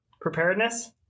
Preparedness